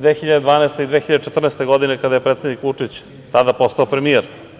2012. i 2014. godine kada je predsednik Vučić tada postao premijer.